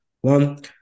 one